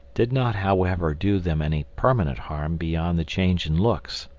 did not however do them any permanent harm beyond the change in looks.